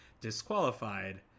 disqualified